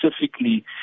specifically